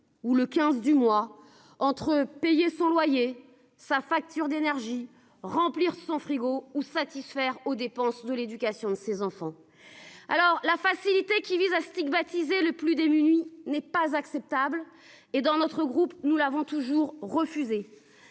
ou le 15 du mois. Entre payer son loyer, sa facture d'énergie remplir son frigo ou satisfaire aux dépenses de l'éducation de ses enfants. Alors la facilité qui visent à stigmatiser le plus démunis n'est pas acceptable et dans notre groupe, nous l'avons toujours refusé.